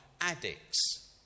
addicts